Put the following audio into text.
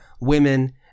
women